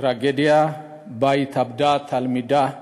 טרגדיה שבה התאבדה תלמידת